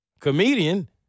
comedian